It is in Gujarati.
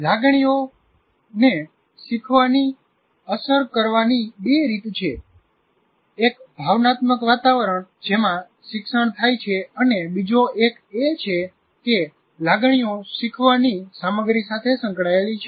લાગણીઓને શીખવાની અસર કરવાની બે રીત છે એક ભાવનાત્મક વાતાવરણ જેમાં શિક્ષણ થાય છે અને બીજો એક એ છે કે લાગણીઓ શીખવાની સામગ્રી સાથે સંકળાયેલી હોય છે